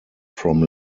from